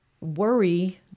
worry